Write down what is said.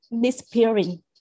disappearing